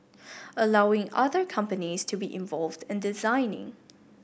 allowing other companies to be involved in designing